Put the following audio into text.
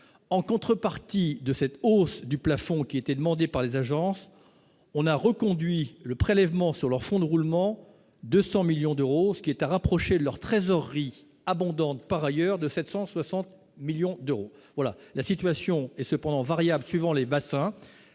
en contrepartie de cette hausse du plafond qui était demandée par les agences on a reconduit le prélèvement sur leurs fonds de roulement 200 millions d'euros, ce qui est à rapprocher leur trésorerie abondante par ailleurs de 760 millions d'euros, voilà la situation est cependant variable suivant les bassins